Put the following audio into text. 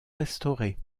restaurés